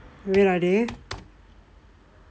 wait ah dey